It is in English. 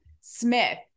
smith